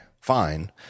fine